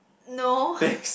no